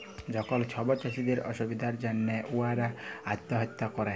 যখল ছব চাষীদের অসুবিধার জ্যনহে উয়ারা আত্যহত্যা ক্যরে